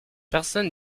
personne